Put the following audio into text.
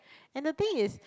and the thing is